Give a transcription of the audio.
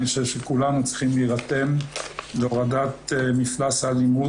אני חושב שכולנו צריכים להירתם להורדת מפלס האלימות